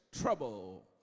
trouble